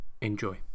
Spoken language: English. Enjoy